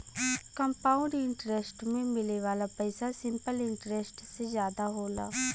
compound interest में मिले वाला पइसा सिंपल इंटरेस्ट से जादा होला